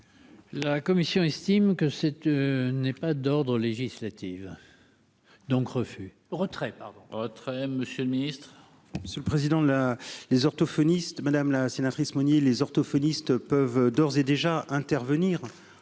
La Commission estime que cette n'est pas d'ordre législative donc refus retrait pardon. Monsieur le Ministre. C'est le président de la les orthophonistes, madame la sénatrice Monnier les orthophonistes peuvent d'ores et déjà intervenir